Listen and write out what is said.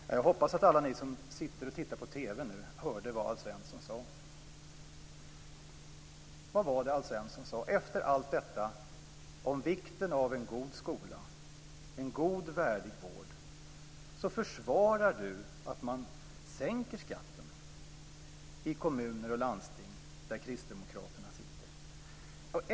Herr talman! Jag hoppas att alla ni som nu sitter och tittar på TV hörde vad Alf Svensson sade. Vad var det Alf Svensson sade? Efter allt detta om vikten av en god skola och en god och värdig vård försvarar du, Alf, att man sänker skatten i kommuner och landsting där Kristdemokraterna sitter.